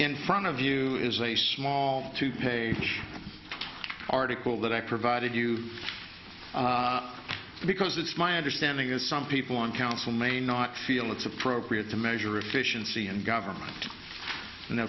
in front of you is a small two page article that i provided you because it's my understanding is some people on council may not feel it's appropriate to measure efficiency in government and